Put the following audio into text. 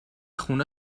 خونه